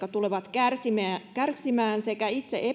jotka tulevat kärsimään sekä itse